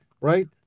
right